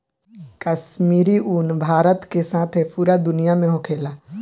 काश्मीरी उन भारत के साथे पूरा दुनिया में होखेला